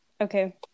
okay